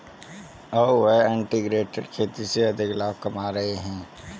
अब वह इंटीग्रेटेड खेती से अधिक लाभ कमा रहे हैं